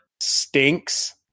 stinks